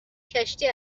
کشتی